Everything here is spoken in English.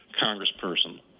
congressperson